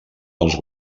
els